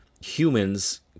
humans